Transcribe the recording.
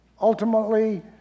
Ultimately